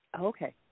Okay